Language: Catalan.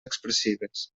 expressives